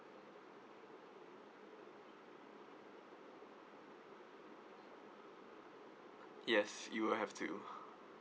yes you will have to